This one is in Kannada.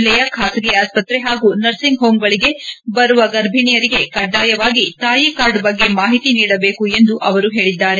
ಜಿಲ್ಲೆಯಲ್ಲಿ ಖಾಸಗಿ ಆಸ್ವತ್ರೆ ಹಾಗೂ ನರ್ಸಿಂಗ್ ಹೋಂ ಗಳಿಗೆ ಬರುವ ಗರ್ಭಿಣಿಯರಿಗೆ ಕಡ್ಡಾಯವಾಗಿ ಕಾರ್ಡ್ ಬಗ್ಗೆ ಮಾಹಿತಿ ನೀಡಬೇಕು ಎಂದು ಅವರು ಹೇಳಿದ್ದಾರೆ